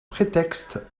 prétexte